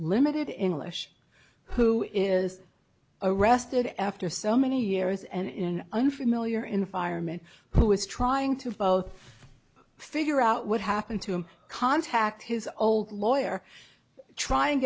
limited in lish who is arrested after so many years and in unfamiliar environment who is trying to both figure out what happened to him contact his old lawyer try